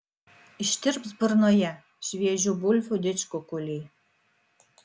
ištirps burnoje šviežių bulvių didžkukuliai